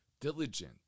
diligent